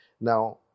Now